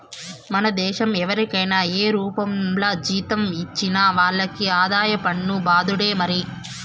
మన దేశం ఎవరికైనా ఏ రూపంల జీతం ఇచ్చినా వాళ్లకి ఆదాయ పన్ను బాదుడే మరి